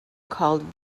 called